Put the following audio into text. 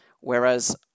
Whereas